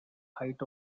height